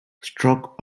stoke